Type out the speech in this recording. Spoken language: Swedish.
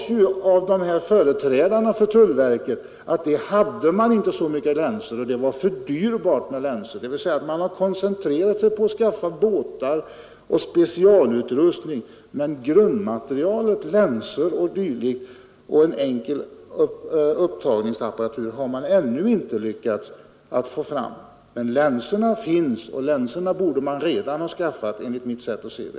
Företrädarna för tullverket sade att man inte hade särskilt mycket länsor och att det var för dyrbart. Man har alltså koncentrerat sig på att skaffa båtar och specialutrustning, men grundmaterialet — länsor och en enkel upptagningsapparatur — har man ännu inte lyckats få fram. Men det finns länsor att få tag i, och man borde redan ha skaffat dem enligt min uppfattning.